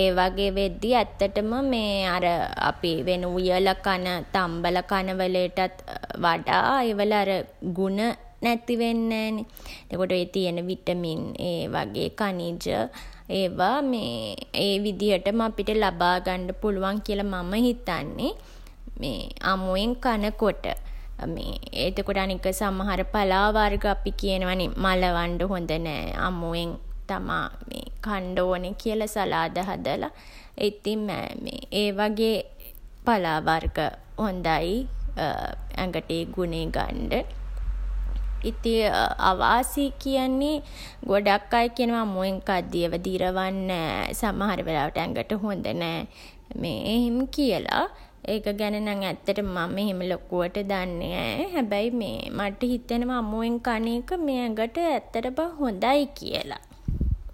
ඒ වගේ වෙද්දී ඇත්තටම මේ අර අපි වෙන උයලා කන, තම්බලා කන වෙලේටත් වඩා ඒ වල අර ගුණ නැතිවෙන් නෑ නේ. එතකොට ඒ තියන විටමින් ඒ වගේ ඛනිජ ඒවා ඒ විදිහටම අපිට ලබාගන්න පුළුවන් කියලා මම හිතන්නේ. මේ අමුවෙන් කනකොට. මේ එතකොට අනික සමහර පලා වර්ග අපි කියනවා නේ මලවන්ඩ හොඳ නෑ අමුවෙන් තමා කන්ඩ ඕන කියලා සලාද හදලා. ඉතින් ඒ වගේ පලා වර්ග හොඳයි ඇඟට ඒ ගුණේ ගන්ඩ. ඉතින් අවාසි කියන්නේ ගොඩක් අය කියනවා අමුවෙන් කද්දී ඒවා දිරවන් නෑ. සමහර වෙලාවට ඇඟට හොඳ නෑ මේ එහෙම කියලා. ඒක ගැන නම් ඇත්තටම මම එහෙම ලොකුවට දන්නේ නෑ. හැබැයි මට හිතෙනවා අමුවෙන් කන එක මේ ඇඟට ඇත්තටම හොඳයි කියලා.